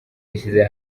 yashyize